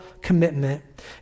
commitment